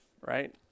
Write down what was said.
right